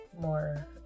more